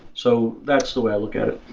so that's the way i look at it.